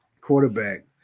quarterback